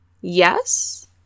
Yes